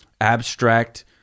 abstract